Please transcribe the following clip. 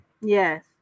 Yes